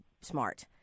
smart